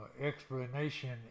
explanation